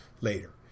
later